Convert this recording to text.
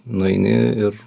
nueini ir